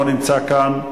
לא נמצא כאן,